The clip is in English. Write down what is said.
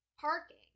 parking